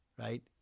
Right